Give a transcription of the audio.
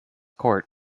court